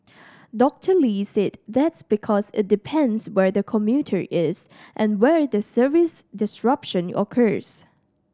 Doctor Lee said that's because it depends where the commuter is and where the service disruption occurs